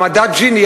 במדד ג'יני,